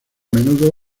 menudo